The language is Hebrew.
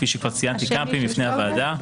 כפי שכבר ציינתי כמה פעמים בפני הוועדה,